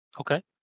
Okay